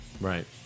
Right